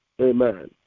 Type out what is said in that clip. Amen